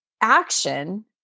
action